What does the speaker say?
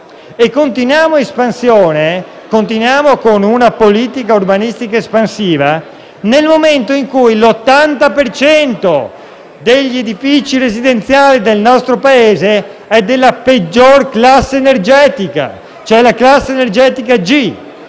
Continuiamo con una politica urbanistica espansiva nel momento in cui l'80 per cento degli edifici residenziali del nostro Paese è della peggiore classe energetica (ossia la G).